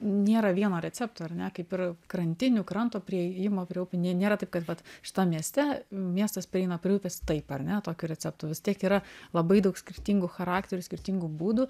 nėra vieno recepto ar ne kaip ir krantinių kranto priėjimo prie upių nė nėra taip kad vat šitam mieste miestas prieina prie upės taip ar ne tokio recepto vis tiek yra labai daug skirtingų charakterių skirtingų būdų